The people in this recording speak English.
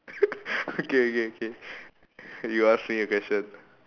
okay K K you ask me a question